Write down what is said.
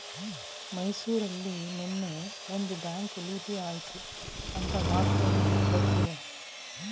ಮೈಸೂರಲ್ಲಿ ನೆನ್ನೆ ಒಂದು ಬ್ಯಾಂಕ್ ಲೂಟಿ ಆಯ್ತು ಅಂತ ವಾರ್ತೆಲ್ಲಿ ಬರ್ತಿದೆ